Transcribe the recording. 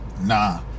Nah